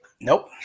Nope